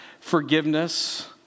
forgiveness